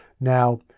now